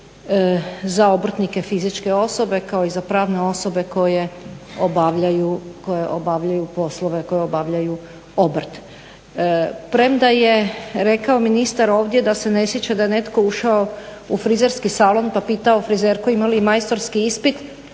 za obrtnike fizičke osobe kao i za pravne osobe koje obavljaju poslove, koje obavljaju obrt. Premda je rekao ministar ovdje da se ne sjeća da je netko ušao u frizerski salon pa pitao frizerku ima li majstorski ispit.